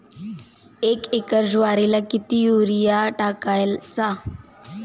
एक एकर ज्वारीला किती युरिया टाकायचा?